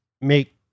make